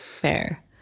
Fair